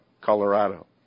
Colorado